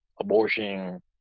abortion